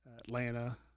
Atlanta